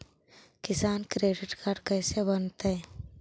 किसान credit card कैसे बनतै?